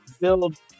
build